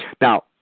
Now